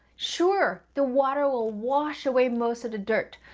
sure, the water will wash away most of the dirt,